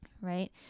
right